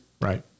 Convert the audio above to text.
Right